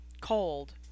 cold